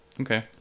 okay